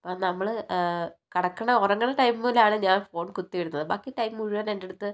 അപ്പം നമ്മള് കിടക്കണ ഉറങ്ങണ ടൈമിലാണ് ഞാൻ ഫോൺ കുത്തിയിടുന്നത് ബാക്കി ടൈം മുഴുവൻ എന്റടുത്തു